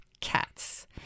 cats